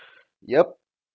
yup